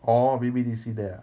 orh B_B_D_C there ah